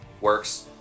works